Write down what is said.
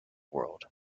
world